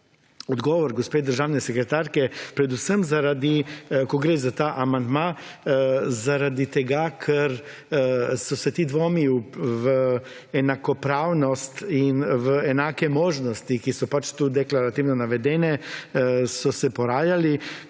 odgovor gospe državnega sekretarke predvsem zaradi kot gre za ta amandma zaradi tega, ker so se ti dvomi v enakopravnost in v enake možnosti, ki so pač tu deklarativno navedene, so se porajali,